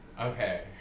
Okay